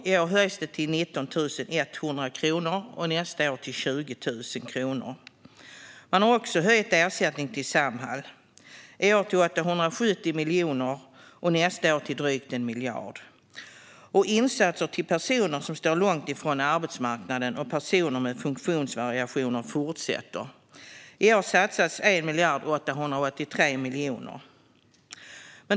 I år höjs det till 19 100 kronor och nästa år till 20 000 kronor. Man har också höjt ersättningen till Samhall, i år till 870 miljoner och nästa år till drygt 1 miljard. Insatserna till personer som står långt från arbetsmarknaden och personer med funktionsvariationer fortsätter. I år satsas 1 883 miljoner.